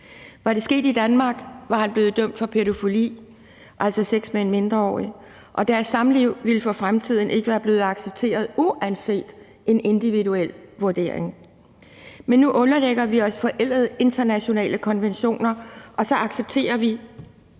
Var det sket i Danmark, var han blevet dømt for pædofili, altså sex med en mindreårig, og deres samliv ville for fremtiden ikke være blevet accepteret uanset en individuel vurdering. Men nu underlægger vi os forældede internationale konventioner, og så accepterer vi,